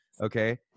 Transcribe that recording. Okay